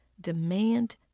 demand